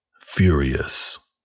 furious